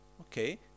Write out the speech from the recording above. Okay